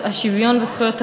השוויון וזכויות המיעוט,